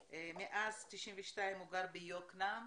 ומאז 1992 הוא גר ביקנעם.